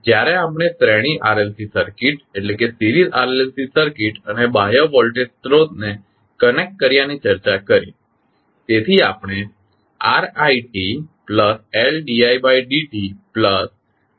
જ્યારે આપણે શ્રેણી RLC સર્કિટ અને બાહ્ય વોલ્ટેજ સ્રોતને કનેક્ટ કર્યાની ચર્ચા કરી